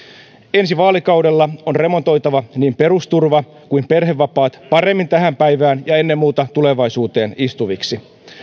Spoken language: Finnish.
ensi vaalikaudella on remontoitava niin perusturva kuin perhevapaat paremmin tähän päivään ja ennen muuta tulevaisuuteen istuviksi